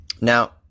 Now